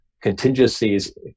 contingencies